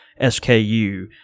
SKU